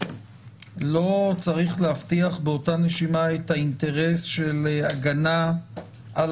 לא צריך להבטיח באותה נשימה את האינטרס של הגנה על